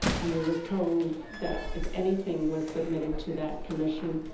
and we were told that if anything was submitted to that commission,